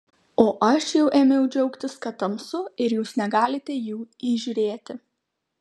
o aš jau ėmiau džiaugtis kad tamsu ir jūs negalite jų įžiūrėti